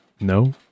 No